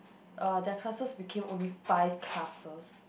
uh that classes become only five classes